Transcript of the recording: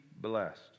blessed